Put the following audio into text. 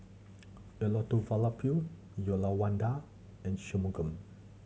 Elattuvalapil Uyyalawada and Shunmugam